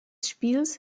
spiels